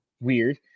weird